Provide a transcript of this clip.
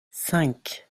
cinq